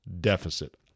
deficit